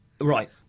right